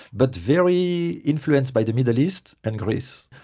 but very influenced by the middle east and greece.